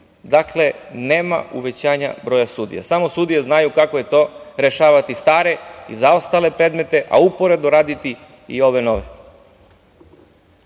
Dakle, nema uvećanja broja sudija. Samo sudije znaju kako je to rešavati stare, zaostale predmete, a uporedo raditi i ove nove.